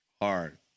Hard